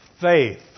faith